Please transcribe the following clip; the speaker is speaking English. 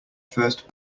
first